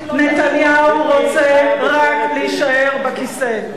נתניהו רוצה רק להישאר בכיסא.